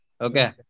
Okay